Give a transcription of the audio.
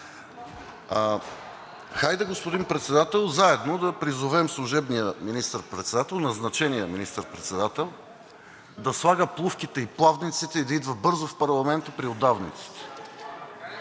Хайде, господин Председател, заедно да призовем служебния министър-председател, назначения министър-председател, да слага плувките и плавниците и да идва бързо в парламента при удавниците.